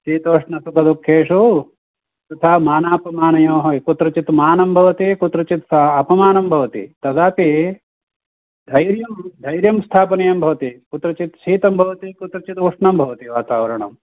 शीतोष्णसुखदुःखेषु तथा मानापमानयोः कुत्रचित् मानं भवति कुत्रचित् अपमानं भवति तदापि धैर्यं धैर्यं स्थापनीयं भवति कुत्रचित् शीतं भवति कुत्रचित् उष्णं भवति वातावरणम्